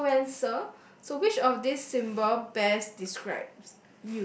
influencer so which of these symbol best describes